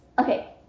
Okay